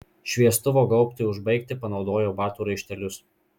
šviestuvo gaubtui užbaigti panaudojo batų raištelius